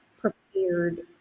prepared